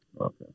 Okay